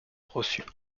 reçut